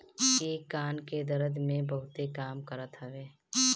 इ कान के दरद में बहुते काम करत हवे